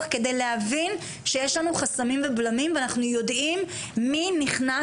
כדי להבין שיש לנו חסמים ובלמים ואנחנו יודעים מי נכנס